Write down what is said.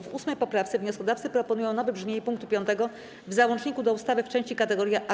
W 8. poprawce wnioskodawcy proponują nowe brzmienie pkt 5 w załączniku do ustawy w części Kategoria A.